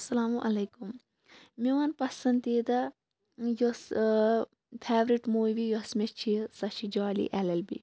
اسلامُ علیکُم میون پَسندیدہ یۄس فیورِٹ مووی یۄس مےٚ چھےٚ سۄ چھےٚ جولی ایل ایل بی